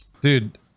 Dude